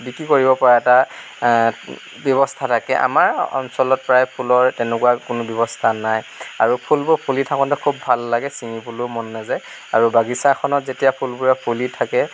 বিক্ৰী কৰিব পৰা এটা ব্যৱস্থা থাকে আমাৰ অঞ্চলত প্ৰায় ফুলৰ তেনেকুৱা কোনো ব্যৱস্থা নাই আৰু ফুলবোৰ ফুলি থাকোতে খুব ভাল লাগে চিঙিবলৈও মন নাযায় আৰু বাগিছাখনত যেতিয়া ফুলবোৰ ফুলি থাকে